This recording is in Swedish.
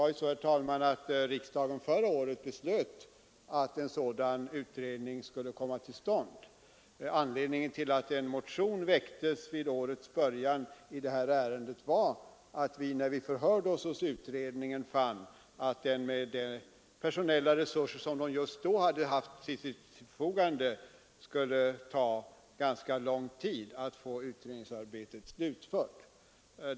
Riksdagen beslöt förra året att en sådan utredning skulle komma till stånd. Anledningen till att en motion i detta ärende väcktes vid årets början var att vi när vi förhörde oss hos utredningen fann att det med de personella resurser som den just då hade till förfogande skulle ta ganska lång tid att få utredningsarbetet slutfört.